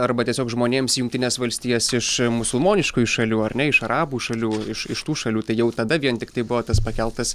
arba tiesiog žmonėms į jungtines valstijas iš musulmoniškųjų šalių ar ne iš arabų šalių iš iš tų šalių tai jau tada vien tiktai buvo tas pakeltas